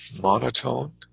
monotone